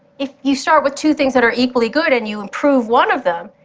if you start with two things that are equally good, and you improve one of them,